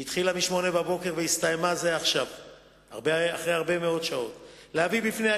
בשעה 11:00. ישיבה זו